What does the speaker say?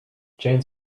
jane